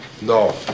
No